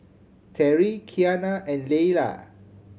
Terri Qiana and Leala